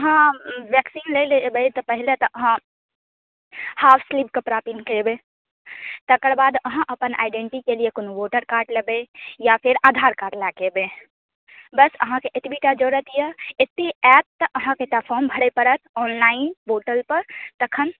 अहाँ वेक्सीन लै लए एबै तऽ पहीले तऽ अहाँ हाफ स्लीव कपड़ा पहिन कऽ एबै तकरबाद अहाँ अपन आइडेन्टिटी के लेए कोनो वोटर कार्ड लेबै या फेर आधार कार्ड लए कऽ एबै बस अहाँके एतबी टा जरूरत यऽ एतय आयत तऽ अहाँके एकटा फॉर्म भरऽ परत ऑनलाइन पोर्टल पर तखन